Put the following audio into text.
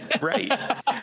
Right